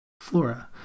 Flora